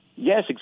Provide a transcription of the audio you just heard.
Yes